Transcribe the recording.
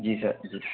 जी sir जी